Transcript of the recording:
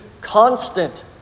constant